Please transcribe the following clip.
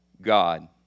God